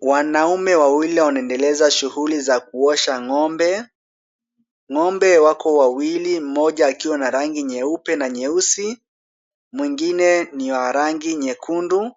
Wanaume wawili wanaendeleza shughuli za kuosha ng'ombe. Ng'ombe wako wawili mmoja akiwa na rangi nyeupe na nyeusi, mwingine ni wa rangi nyekundu.